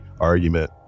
argument